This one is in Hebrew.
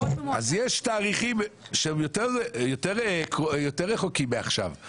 אז יש תאריכים שהם יותר רחוקים מעכשיו.